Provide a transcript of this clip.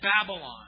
Babylon